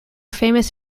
famous